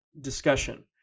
discussion